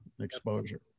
exposure